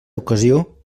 ocasió